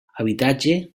habitatge